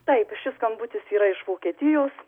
taip šis skambutis yra iš vokietijos